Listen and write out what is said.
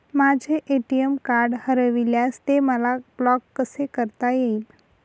माझे ATM card हरविल्यास ते मला ब्लॉक कसे करता येईल?